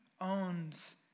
owns